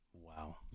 Wow